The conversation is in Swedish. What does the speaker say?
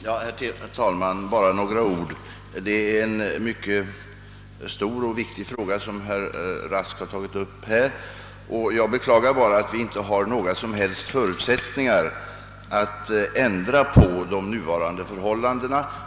Herr talman! Bara några ord! Det är en mycket stor och viktig fråga som herr Rask tagit upp. Jag beklagar bara att vi inte har några som helst förutsättningar att ändra på de nuvarande förhållandena.